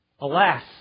Alas